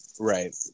Right